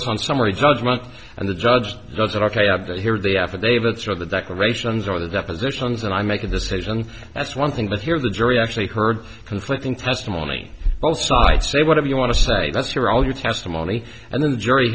it's on summary judgment and the judge does it ok i have to hear the affidavits or the decorations or the depositions and i make a decision that's one thing but here the jury actually heard conflicting testimony both sides say whatever you want to say that's your all your testimony and then the jury